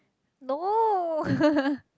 no